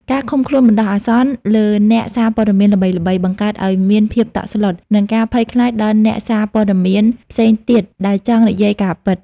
ការឃុំខ្លួនបណ្តោះអាសន្នលើអ្នកសារព័ត៌មានល្បីៗ បង្កើតឱ្យមានភាពតក់ស្លុត និងការភ័យខ្លាចដល់អ្នកសារព័ត៌មានផ្សេងទៀតដែលចង់និយាយការពិត។